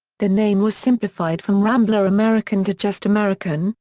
the name was simplified from rambler american to just american,